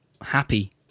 happy